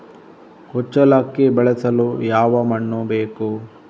ಕುಚ್ಚಲಕ್ಕಿ ಬೆಳೆಸಲು ಯಾವ ಮಣ್ಣು ಬೇಕು?